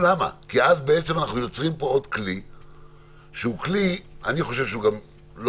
כי אז בעצם אנחנו יוצרים פה עוד כלי שאני חושב שהוא לא נכון,